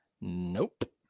Nope